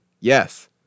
Yes